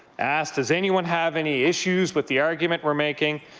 asked does anyone have any issues with the argument we're making?